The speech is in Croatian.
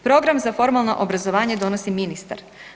Program za formalno obrazovanje donosi ministar.